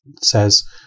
says